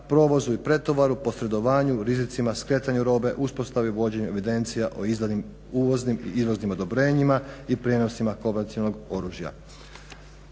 provozu i pretovaru, posredovanju rizicima, skretanju robe, uspostavi, vođenju evidencija o izdanim uvoznim i izvoznim odobrenjima i prijenosima konvencionalnog oružja.